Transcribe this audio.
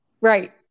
Right